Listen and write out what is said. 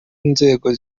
nzego